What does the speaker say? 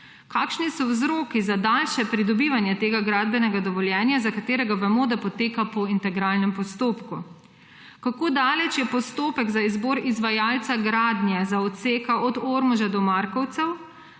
Kakšni so vzroki za daljše pridobivanje tega gradbenega dovoljenja, za katerega vemo, da poteka po integralnem postopku? Kako daleč je postopek za izbor izvajalca gradnje odseka od Ormoža do Markovcev?